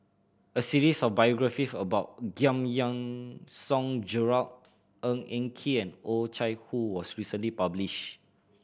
a series of biographies about Giam Yean Song Gerald Ng Eng Kee and Oh Chai Hoo was recently published